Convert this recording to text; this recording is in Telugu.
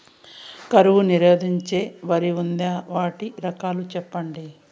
కరువు నిరోధించే వరి ఉందా? వాటి రకాలు చెప్పండి?